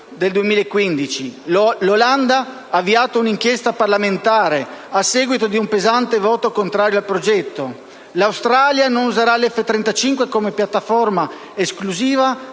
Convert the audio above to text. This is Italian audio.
l'Olanda ha avviato un'inchiesta parlamentare a seguito di un pesante voto contrario al progetto; l'Australia non userà gli F-35 come piattaforma esclusiva,